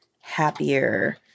happier